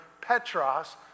Petros